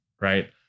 right